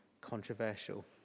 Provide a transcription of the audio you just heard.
controversial